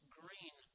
green